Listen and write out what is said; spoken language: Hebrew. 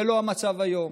זה לא המצב היום,